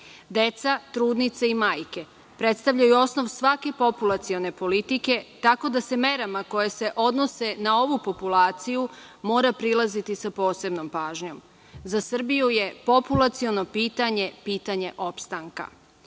Deca, trudnice i majke predstavljaju osnov svake populacione politike, tako da se merama koje se odnose na ovu populaciju mora prilaziti sa posebnom pažnjom.Za Srbiju je populaciono pitanje pitanje opstanka.